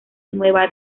nueva